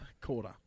quarter